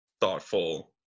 thoughtful